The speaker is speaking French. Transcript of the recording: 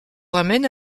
ramène